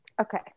Okay